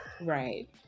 right